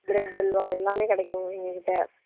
bread halwa எல்லாமே கிடைக்கும் எங்கள்கிட்ட